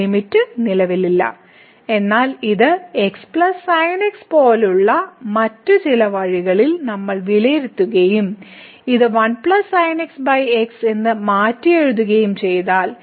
ഈ ലിമിറ്റ് നിലവിലില്ല എന്നാൽ ഇത് x sin x പോലുള്ള മറ്റ് ചില വഴികളിൽ നമ്മൾ വിലയിരുത്തുകയും ഇത് 1 sin x x എന്ന് മാറ്റിയെഴുതുകയും ചെയ്താൽ